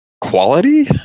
quality